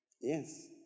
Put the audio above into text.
Yes